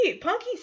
Punky